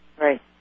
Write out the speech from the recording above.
Right